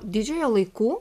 didžiojo laikų